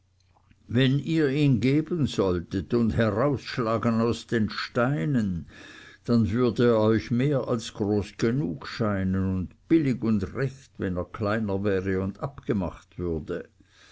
wenn ihr ihn geben solltet und herausschlagen aus den steinen dann würde er euch mehr als groß genug scheinen und billig und recht wenn er kleiner wäre und abgemacht würde